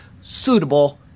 suitable